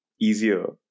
easier